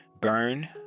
burn